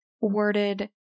worded